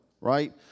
right